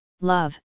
love